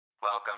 welcome